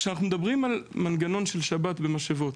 כשאנחנו מדברים על מנגנון של שבת במשאבות,